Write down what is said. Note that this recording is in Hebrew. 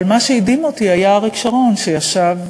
אבל מה שהדהים אותי היה אריק שרון, שישב.